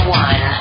one